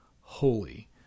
holy